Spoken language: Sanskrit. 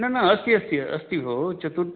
न न अस्ति अस्ति अस्ति भोः चतुर्थे